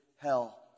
hell